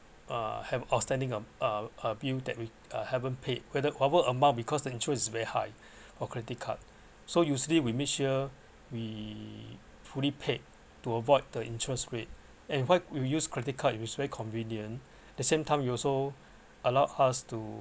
uh have outstanding uh a bill that we haven't paid whether over amount because the interest is very high or credit card so usually we made sure we fully paid to avoid the interest rate and why we use credit card it is very convenient the same time you also allowed us to